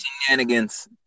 Shenanigans